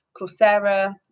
Coursera